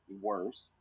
worse